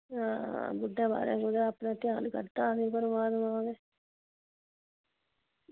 आं बुड्ढे बारै कुदै परमात्मा ध्यान करदा आदमी अपने